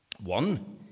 One